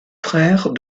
frères